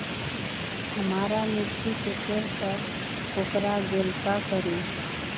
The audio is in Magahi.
हमारा मिर्ची के पेड़ सब कोकरा गेल का करी?